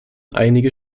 einige